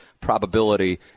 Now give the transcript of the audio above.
Probability